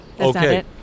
Okay